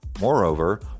Moreover